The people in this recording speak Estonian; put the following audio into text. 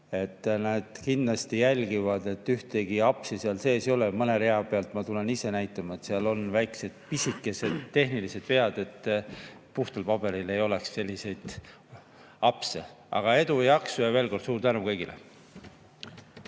Nad kindlasti jälgivad, et ühtegi apsu seal sees ei oleks. Mõne rea peal ma tulen ise näitan, kui seal on väikesed, pisikesed tehnilised vead, et puhtal paberil selliseid apse ei oleks. Aga edu ja jaksu! Ja veel kord suur tänu kõigile!